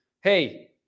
hey